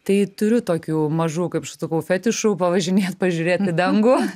tai turiu tokių mažų kaip aš sakau fetišų pavažinėt pažiūrėt į dangų